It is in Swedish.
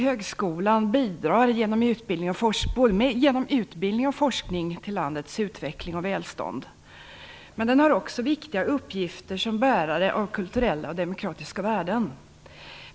Högskolan bidrar genom både utbildning och forskning till landets utveckling och välstånd, men den har också viktiga uppgifter som bärare av kulturella och demokratiska värden.